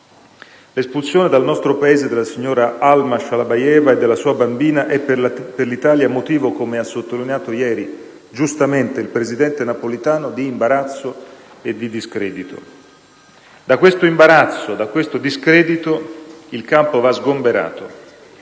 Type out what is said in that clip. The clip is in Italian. L'espulsione dal nostro Paese della signora Alma Shalabayeva e della sua bambina è per l'Italia motivo, come ha sottolineato ieri giustamente il presidente Napolitano, di imbarazzo e di discredito. Da questo imbarazzo, da questo discredito il campo va sgomberato.